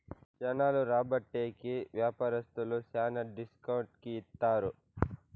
జనాలు రాబట్టే కి వ్యాపారస్తులు శ్యానా డిస్కౌంట్ కి ఇత్తారు